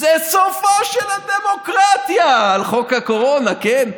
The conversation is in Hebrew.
זה סופה של הדמוקרטיה, על חוק הקורונה, כן?